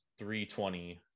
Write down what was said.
320